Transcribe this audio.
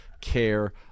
care